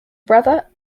brother